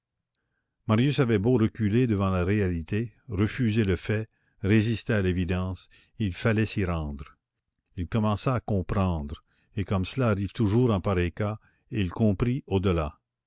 marius avait beau reculer devant la réalité refuser le fait résister à l'évidence il fallait s'y rendre il commença à comprendre et comme cela arrive toujours en pareil cas il comprit